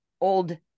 old